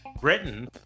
Britain